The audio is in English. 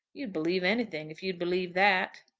you'd believe anything if you'd believe that.